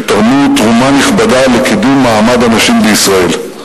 שתרמו תרומה נכבדה לקידום מעמד הנשים בישראל.